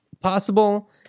possible